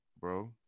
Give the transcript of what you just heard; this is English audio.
bro